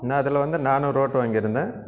நான் அதில் வந்து நானூறு ஓட்டு வாங்கியிருந்தேன்